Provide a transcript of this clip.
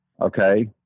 Okay